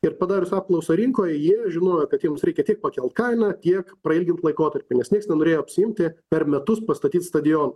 ir padarius apklausą rinkoje jie žinojo kad jums reikia tiek pakelt kainą tiek prailgint laikotarpį nes nieks nenorėjo apsiimti per metus pastatyt stadioną